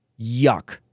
Yuck